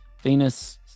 venus